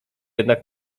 jednak